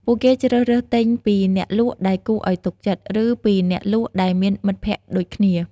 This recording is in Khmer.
ពួកគេជ្រើសរើសទិញពីអ្នកលក់ដែលគួរឱ្យទុកចិត្ត ឬពីអ្នកលក់ដែលមានមិត្តភក្តិដូចគ្នា។